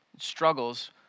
struggles